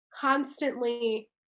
constantly